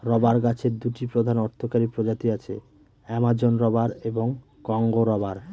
rubber গাছের দুটি প্রধান অর্থকরী প্রজাতি আছে, অ্যামাজন রবার এবং কংগো রবার